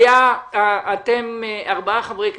אתם ארבעה חברי כנסת,